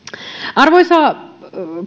arvoisa